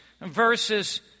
verses